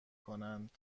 کنند